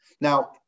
Now